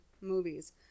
movies